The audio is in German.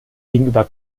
gegenüber